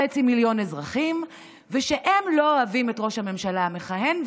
מיליון אזרחים ושהם לא אוהבים את ראש הממשלה המכהן,